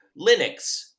Linux